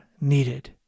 needed